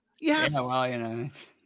yes